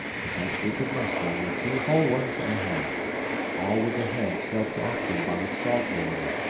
the best we could muster were two whole ones and a half all with the heads soaked off them by salt water.